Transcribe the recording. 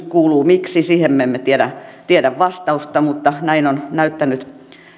kuuluu että miksi siihen me emme tiedä tiedä vastausta mutta näin on näyttänyt